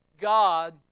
God